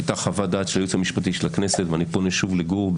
הייתה חוות דעת של הייעוץ המשפטי של הכנסת ואני פונה שוב לגור,